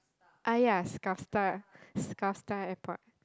ah ya Skavsta-Airport